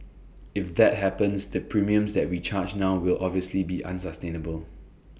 if that happens the premiums that we charge now will obviously be unsustainable